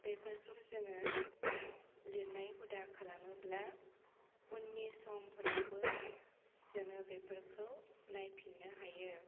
बेफोरखौ जोङो लिरनाय हुदा खालामोब्ला उननि समफ्रावबो जोङो बेफोरखौ नायफिन्नो हायो